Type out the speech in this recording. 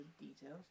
details